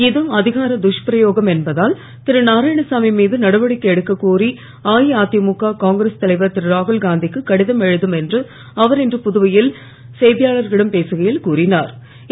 இது அதிகார துஷ்பிரயோகம் என்பதால் திருநாராயணசாமி மீது நடவடிக்கை எடுக்கக்கோரி அஇஅதிமுக காங்கிரஸ் தலைவர் திருராகுல் காந்தி க்கு கடிதம் எழுதும் என்று அவர் இன்று புதுவையில் செய்தியாளர்களிடம் பேசுகையில் கூறினூர்